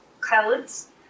codes